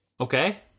Okay